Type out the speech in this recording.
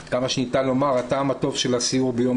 עד כמה שניתן לומר הטעם הטוב של הסיור ביום